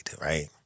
right